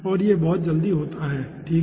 और यह बहुत जल्दी होता है ठीक है